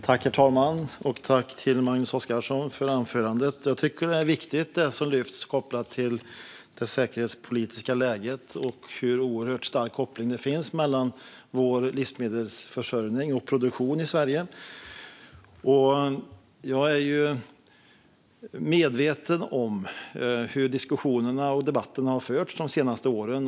Herr talman! Tack, Magnus Oscarsson, för anförandet! Jag tycker att det som tas upp kopplat till det säkerhetspolitiska läget är viktigt. Det finns en oerhört stark koppling mellan vår livsmedelsförsörjning och vår produktion i Sverige. Jag är medveten om hur diskussionen och debatten har gått de senaste åren.